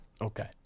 Okay